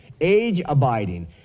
age-abiding